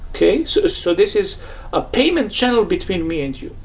okay? so so this is a payment channel between me and you,